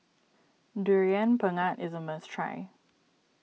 Durian Pengat is a must try